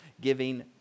giving